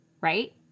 right